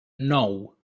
nou